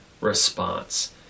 response